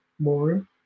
more